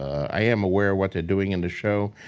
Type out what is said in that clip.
i am aware what they're doing in the show.